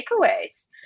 takeaways